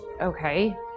Okay